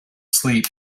sleep